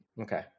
okay